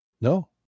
No